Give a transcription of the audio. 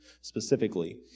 specifically